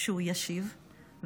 שהוא ישיב על החוק.